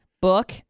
Book